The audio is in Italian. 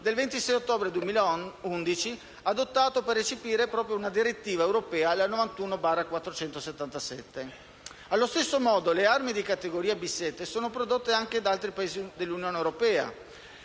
del 26 ottobre 2010 adottato per recepire la direttiva n. 91/477/CEE. Allo stesso modo, le armi di categoria B7 sono prodotte anche da altri Paesi dell'Unione europea,